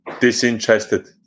disinterested